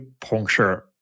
puncture